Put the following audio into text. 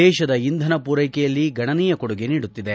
ದೇಶದ ಇಂಧನ ಪೂರೈಕೆಯಲ್ಲಿ ಗಣನೀಯ ಕೊಡುಗೆ ನೀಡುತ್ತಿದೆ